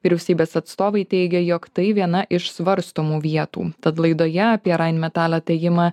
vyriausybės atstovai teigė jog tai viena iš svarstomų vietų tad laidoje apie rain metal atėjimą